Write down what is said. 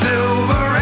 Silver